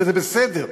וזה בסדר.